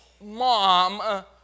Mom